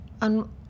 On